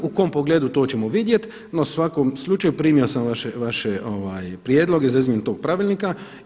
U kom pogledu to ćemo vidjeti, no u svakom slučaju primio sam vaše prijedloge za izmjenu tog pravilnika.